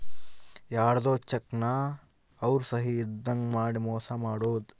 ಯಾರ್ಧೊ ಚೆಕ್ ನ ಅವ್ರ ಸಹಿ ಇದ್ದಂಗ್ ಮಾಡಿ ಮೋಸ ಮಾಡೋದು